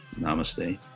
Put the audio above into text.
Namaste